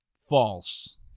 False